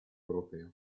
europeo